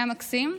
הוא היה מקסים.